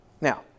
Now